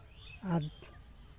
ᱟᱨ